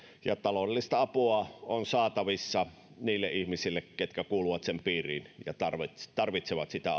ja taloudellista apua on saatavissa niille ihmisille jotka kuuluvat sen piiriin ja tarvitsevat sitä